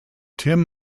tim